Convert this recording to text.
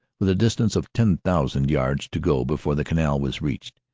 with a distance of ten thousand yards to go before the canal was reached,